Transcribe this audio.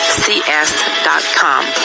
cs.com